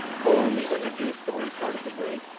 only when a new story started to break,